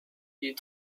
die